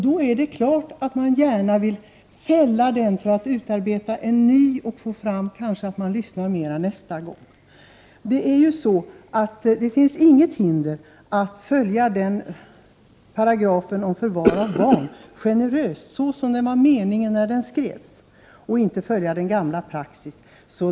Då är det klart att man gärna vill fälla den lagen för att en ny lag skall kunna utarbetas. Kanske kan vi få alla övriga att lyssna bättre nästa gång. Det råder inget hinder mot att följa paragrafen om förvaring av barn generöst som det var meningen när lagen skrevs, och mot att inte följa gammal praxis.